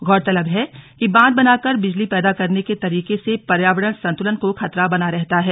गौरतलब है कि बांध बनाकर बिजली पैदा करने के तरीके से पर्यावरण संतुलन को खतरा बना रहता है